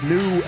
New